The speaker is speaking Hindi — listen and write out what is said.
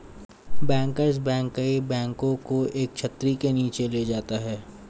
बैंकर्स बैंक कई बैंकों को एक छतरी के नीचे ले जाता है